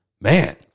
man